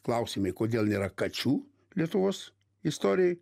klausimai kodėl nėra kačių lietuvos istorijoj